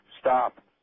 stop